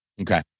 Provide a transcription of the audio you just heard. Okay